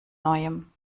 neuem